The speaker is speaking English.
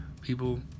people